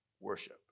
worship